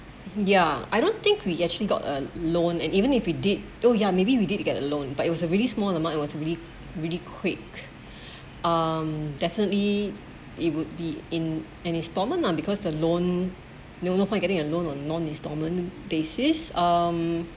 ya I don't think we actually got a loan and even if we did oh ya maybe we did to get a loan but it was a really small amount it was really really quick um definitely it would be in an instalment lah because the loan no no point getting a loan on non instalment basis um